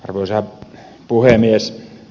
arvoisa puhemies